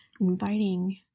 inviting